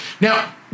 Now